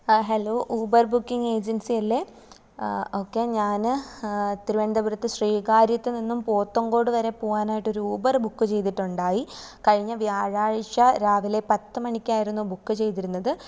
അ hello Uber booking agency അല്ലെ okay ഞാൻ തിരുവനന്തപുരത്ത് ശ്രീകാര്യത്തു നിന്നും പോത്തങ്കോടു വരെ പോകാനായിട്ടൊരു ഊബർ ബുക്ക് ചെയ്തിട്ടുണ്ടായി കഴിഞ്ഞ വ്യാഴാഴ്ച രാവിലെ പത്തു മണിക്കായിരുന്നു ബുക്ക് ചെയ്തിരുന്നത്